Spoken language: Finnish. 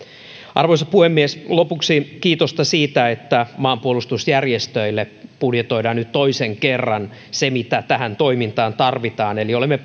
arvoisa puhemies lopuksi kiitosta siitä että maanpuolustusjärjestöille budjetoidaan nyt toisen kerran se mitä tähän toimintaan tarvitaan eli olemme